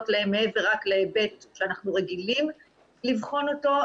להם מעבר רק להיבט שאנחנו רגילים לבחון אותו.